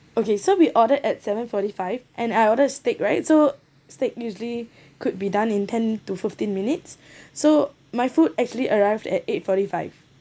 okay so we ordered at seven-forty five and I ordered steak right so stick usually could be done in ten to fifteen minutes so my food actually arrived at eight-forty five